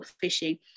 fishing